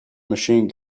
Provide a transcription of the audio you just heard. machine